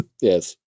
Yes